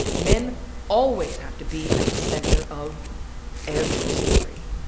men always have to be at the center of every story.